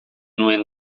nuen